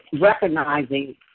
recognizing